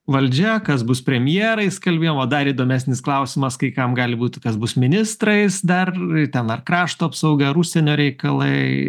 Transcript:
valdžia kas bus premjerais kalbėjom o dar įdomesnis klausimas kai kam gali būti kas bus ministrais dar ten ar krašto apsaugą ir užsienio reikalai